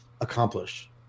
accomplish